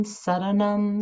saranam